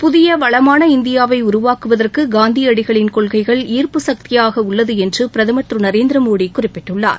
புதிய வளமான இந்தியாவை உருவாக்குவதற்கு காந்தியடிகளின் கொள்கைகள் ஈர்ப்பு சக்தியாக உள்ளது என்று பிரதமர் திரு நரேந்திர மோடி குறிப்பிட்டுள்ளார்